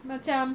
macam